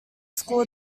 school